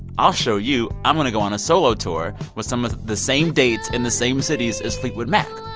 i'll show you. i'm going to go on a solo tour with some of the same dates in the same cities as fleetwood mac.